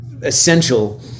essential